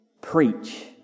preach